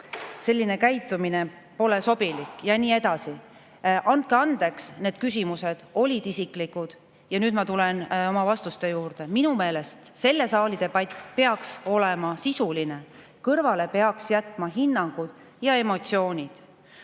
selline käitumine on sobilik [‑‑‑]?" Ja nii edasi. Andke andeks, need küsimused olid isiklikud. Ja nüüd ma tulen oma vastuste juurde. Minu meelest selle saali debatt peaks olema sisuline, kõrvale peaks jätma hinnangud ja emotsioonid.